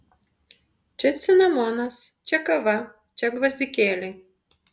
čia cinamonas čia kava čia gvazdikėliai